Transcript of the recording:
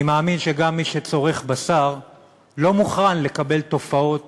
אני מאמין שגם מי שצורך בשר לא מוכן לקבל תופעות